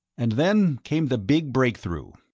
and then came the big breakthrough.